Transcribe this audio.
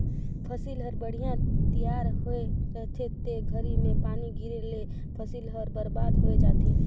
फसिल हर बड़िहा तइयार होए रहथे ते घरी में पानी गिरे ले फसिल हर बरबाद होय जाथे